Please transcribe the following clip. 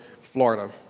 Florida